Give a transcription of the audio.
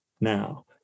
now